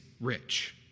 rich